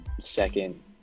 second